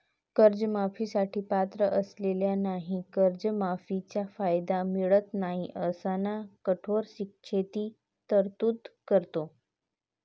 कर्जमाफी साठी पात्र असलेल्यांनाही कर्जमाफीचा कायदा मिळत नाही अशांना कठोर शिक्षेची तरतूद करतो